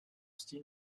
style